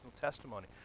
testimony